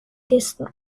dessen